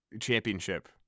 championship